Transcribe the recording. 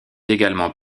également